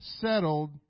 settled